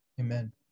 Amen